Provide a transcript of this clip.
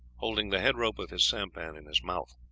holding the head rope of his sampan in his mouth.